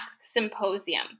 Symposium